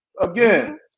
Again